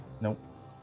Nope